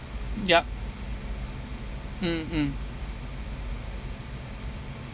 yup mm mm